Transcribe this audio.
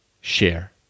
share